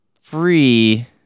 Free